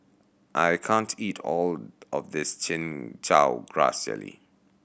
I can't eat all of this Chin Chow Grass Jelly